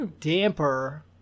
damper